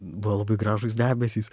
buvo labai gražūs debesys